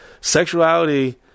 sexuality